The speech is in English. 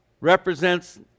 represents